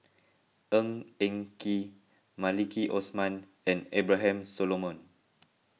Ng Eng Kee Maliki Osman and Abraham Solomon